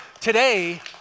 today